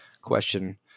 question